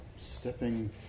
stepping